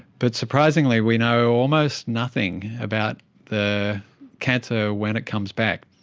but surprisingly we know almost nothing about the cancer when it comes back.